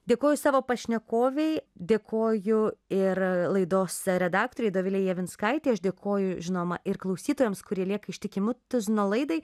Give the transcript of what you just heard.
dėkoju savo pašnekovei dėkoju ir laidos redaktorei dovilei javinskaitei aš dėkoju žinoma ir klausytojams kurie lieka tuzino laidai